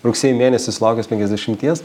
rugsėjį mėnesį sulaukęs penkiasdešimties